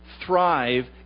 thrive